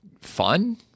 fun